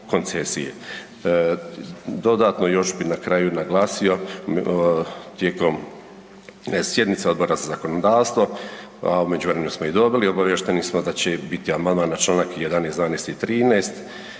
Dodatno još bi na kraju naglasio, tijekom sjednica Odbora za zakonodavstvo, a u međuvremenu smo i dobili, obaviješteni smo da će i biti amandman na čl. 11., 12. i 13.